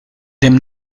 dem